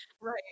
Right